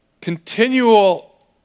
continual